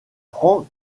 prend